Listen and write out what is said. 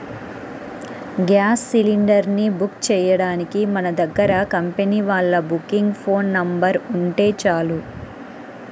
gas cylinder ని book చెయ్యడానికి మన దగ్గర కంపెనీ వాళ్ళ బుకింగ్ ఫోన్ నెంబర్ ఉంటే చాలు